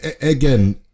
again